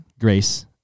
grace